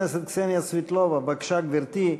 חברת הכנסת קסניה סבטלובה, בבקשה, גברתי.